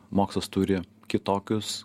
mokslas turi kitokius